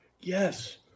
yes